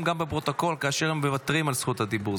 בפרוטוקול כאשר הם מוותרים על זכות הדיבור.